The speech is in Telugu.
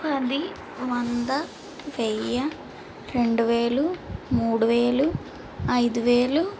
పది వంద వెయ్యి రెండువేలు మూడువేలు ఐదువేలు